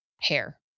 hair